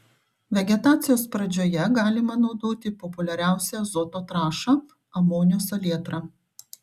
vegetacijos pradžioje galima naudoti populiariausią azoto trąšą amonio salietrą